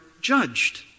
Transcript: judged